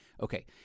Okay